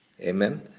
Amen